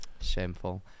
Shameful